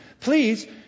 Please